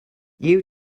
you